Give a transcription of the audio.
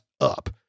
up